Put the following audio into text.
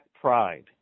pride